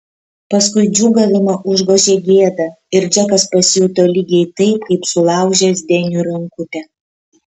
paskui džiūgavimą užgožė gėda ir džekas pasijuto lygiai taip kaip sulaužęs deniui rankutę